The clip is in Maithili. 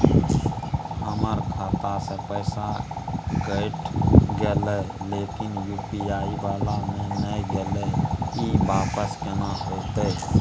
हमर खाता स पैसा कैट गेले इ लेकिन यु.पी.आई वाला म नय गेले इ वापस केना होतै?